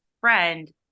friend